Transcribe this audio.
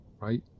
right